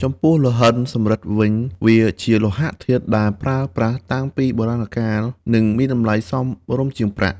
ចំពោះ លង្ហិន សំរឹទ្ធ វិញ វាជាលោហៈធាតុដែលប្រើប្រាស់តាំងពីបុរាណកាល និងមានតម្លៃសមរម្យជាងប្រាក់។